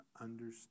understand